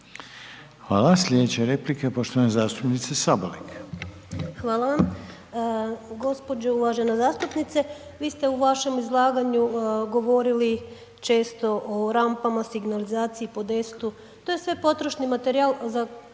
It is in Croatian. Hvala. Sljedeća replika je poštovane zastupnice Sabolek. **Sabolek, Snježana (Živi zid)** Hvala vam. Gđo. uvažena zastupnice, vi ste u vašem izlaganju govorili često o rampama, signalizaciji, podestu, to je sve potrošni materijal za